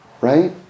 Right